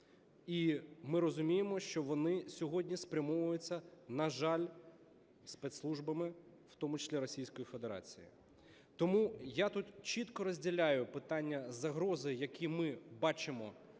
І ми розуміємо, що вони сьогодні спрямовуються, на жаль, спецслужбами, в тому числі Російської Федерації. Тому я тут чітко розділяю питання загроз, які ми бачимо воочию,